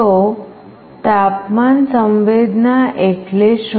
તો તાપમાન સંવેદના એટલે શું